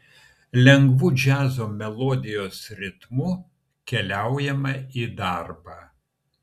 lengvu džiazo melodijos ritmu keliaujame į darbą